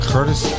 Curtis